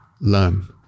Learn